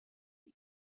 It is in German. die